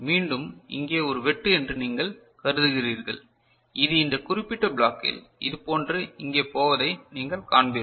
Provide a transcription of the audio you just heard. மீண்டும் இங்கே ஒரு வெட்டு என்று நீங்கள் கருதுகிறீர்கள் இது இந்த குறிப்பிட்ட பிளாக்கில் இதுபோன்று இங்கே போவதை நீங்கள் காண்பீர்கள்